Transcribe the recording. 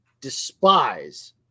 despise